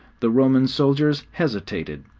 the roman soldiers hesitated,